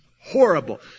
horrible